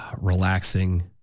relaxing